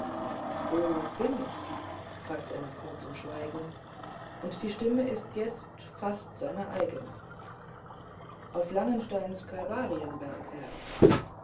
wo bin ich fragt er nach kurzem schweigen und die stimme ist jetzt fast seine eigene auf langensteins kalvarienberg herr